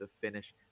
finish